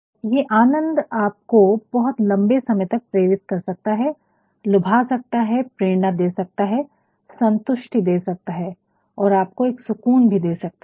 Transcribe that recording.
और ये आनंद आपको बहुत लम्बे समय तक प्रेरित कर सकता है लुभा सकता है प्रेरणा दे सकता है संतुष्टि दे सकता है और आपको एक सुकून दे सकता है